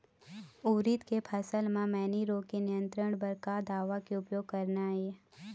उरीद के फसल म मैनी रोग के नियंत्रण बर का दवा के उपयोग करना ये?